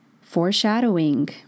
Foreshadowing